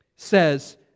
says